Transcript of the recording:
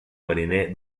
mariner